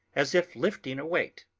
as if lifting a weight.